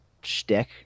shtick